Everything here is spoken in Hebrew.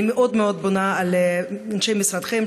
אני פונה ומבקשת מאוד מאוד מאנשי משרדכם,